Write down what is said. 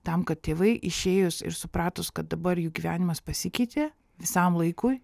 tam kad tėvai išėjus ir supratus kad dabar jų gyvenimas pasikeitė visam laikui